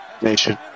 nation